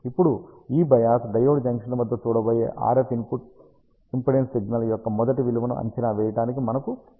ఇప్పుడు ఈ bias diode junction వద్ద చూడబోయే RF ఇన్పుట్ ఇంపిడెన్స్ సిగ్నల్ యొక్క మొదటి విలువను అంచనా వేయడానికి మనకు సహాయపడుతుంది